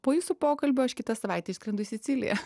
po jūsų pokalbio aš kitą savaitę išskrendu į siciliją